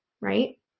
right